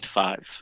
five